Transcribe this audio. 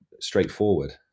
straightforward